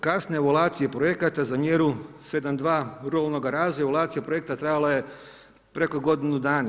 Kasne evaulacije projekata za mjeru 7 2 ruralnoga razvoja evaulacija projekta trajala je preko godinu dana.